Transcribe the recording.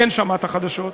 כן שמעת חדשות,